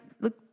look